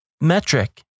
metric